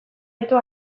ditu